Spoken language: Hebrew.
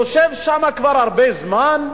יושב שם כבר הרבה זמן,